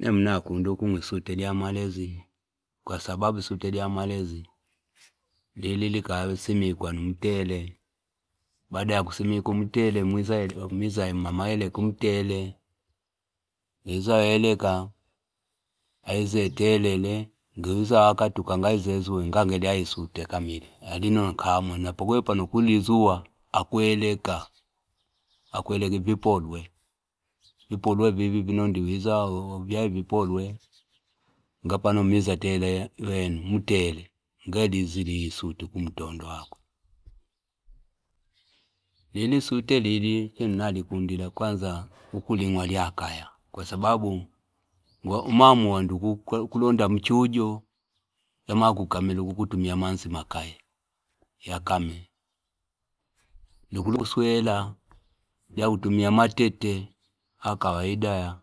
Nemwi nakunda ukumwa isule lya malezi kwa sababu si telia malezi ndi lilika si mikwa ni mutele amaiza amaeleka umutele ngi wiza weleka amaiza atele ngiwiwza wakatukanga aize azule ngange lyaya isute kamili alino nkamwa napokwene pano akulizua akweleka vipolwe, vipolwe vivi avino ndi viza vyaya vipolwe ngapane amiza atele iweno umutele ngapano iliza iliya isute kumtondo wakwelili isute lili chino nalikundita kwnaza kulimwa lyakaya kwa sababu umaamua ngu ukulonda mchuyo yamakukamila kutumia nna manzi makaye yakame ndu ukuswela yakutumia matete ya kwaida yaa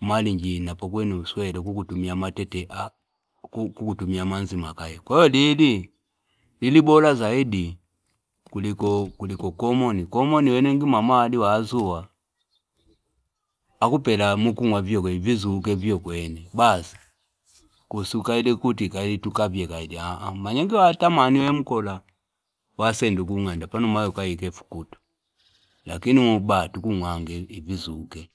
umatumia manzi makaye kwaiyo lili lilibola zaidi kuliko komoni, komoni wene ngi mama waliwazua akupela mukumwa vivyokwe ne ivizuke basi kusi kaili ukuti tukavye kaili ukuti tukavye kaili manye ngi wata mani we mkola wasenela kung'anda pano umaya ukaike fukutu lakini mubaa tukumwanga angewizuke.